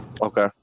Okay